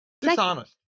Dishonest